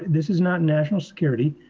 this is not national security.